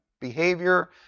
behavior